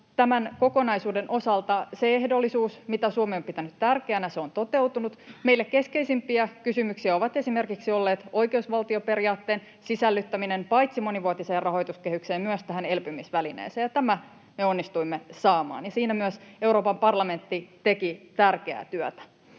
Tämän kokonaisuuden osalta se ehdollisuus, mitä Suomi on pitänyt tärkeänä, on toteutunut. Meille keskeisimpiä kysymyksiä ovat olleet esimerkiksi oikeusvaltioperiaatteen sisällyttäminen paitsi monivuotiseen rahoituskehykseen, myös tähän elpymisvälineeseen. Tämän me onnistuimme saamaan, ja siinä myös Euroopan parlamentti teki tärkeää työtä.